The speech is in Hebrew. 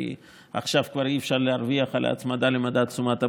כי עכשיו כבר אי-אפשר להרוויח על הצמדה למדד תשומת הבנייה,